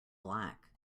black